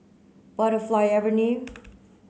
Butterfly Avenue